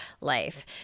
life